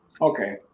Okay